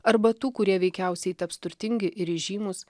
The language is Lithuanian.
arba tų kurie veikiausiai taps turtingi ir įžymūs